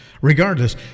Regardless